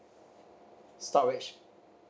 storage